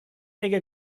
ege